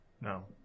No